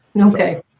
okay